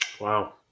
Wow